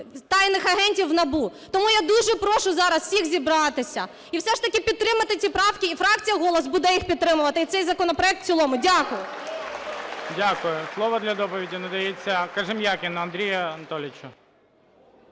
тайних агентів в НАБУ. Тому я дуже прошу зараз всіх зібратися і все ж таки підтримати ці правки, і фракція Голос" буде їх підтримувати, і цей законопроект в цілому. Дякую. ГОЛОВУЮЧИЙ. Дякую. Слово для доповіді надається Кожем'якіну Андрію Анатолійовичу.